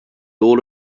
all